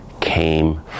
came